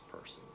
person